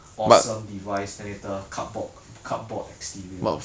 awesome device then later cardboard cardboard exterior